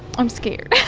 i'm scared